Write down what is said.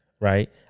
right